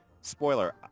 spoiler